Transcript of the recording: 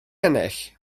ennill